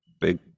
Big